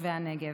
תושבי הנגב.